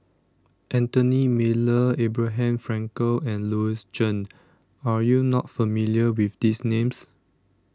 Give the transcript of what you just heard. Anthony Miller Abraham Frankel and Louis Chen Are YOU not familiar with These Names